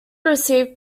received